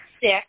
sick